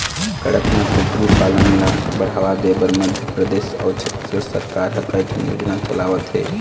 कड़कनाथ कुकरी पालन ल बढ़ावा देबर मध्य परदेस अउ छत्तीसगढ़ सरकार ह कइठन योजना चलावत हे